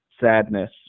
sadness